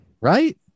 Right